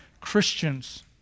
Christians